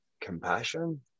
compassion